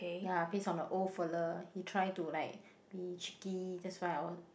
ya based on a old fellow he try to like be cheeky